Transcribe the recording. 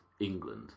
England